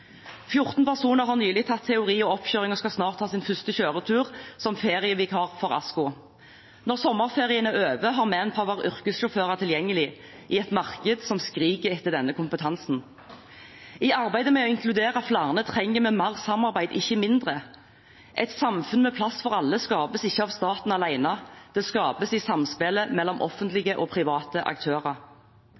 14 personer har nylig tatt teori og oppkjøring og skal snart ta sin første kjøretur som ferievikar for ASKO. Når sommerferien er over, har Manpower yrkessjåfører tilgjengelig i et marked som skriker etter denne kompetansen. I arbeidet med å inkludere flere trenger vi mer samarbeid, ikke mindre. Et samfunn med plass for alle skapes ikke av staten alene; det skapes i samspillet mellom offentlige og private aktører.